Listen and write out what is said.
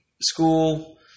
school